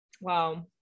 Wow